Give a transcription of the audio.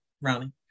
Ronnie